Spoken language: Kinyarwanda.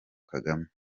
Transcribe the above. kagame